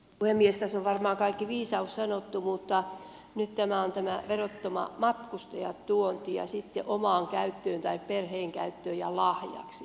tässä on varmaan kaikki viisaus sanottu mutta nyt on tämä veroton matkustajatuonti omaan käyttöön tai perheen käyttöön ja lahjaksi